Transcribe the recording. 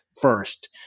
first